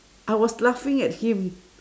I was laughing at him